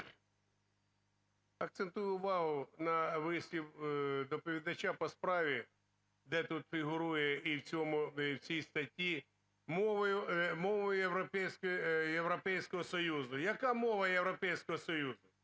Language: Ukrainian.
Акцентую увагу на вислів доповідача по справі, де тут фігурує, і в цій статті: "мовою Європейського Союзу". Яка мова Європейського Союзу?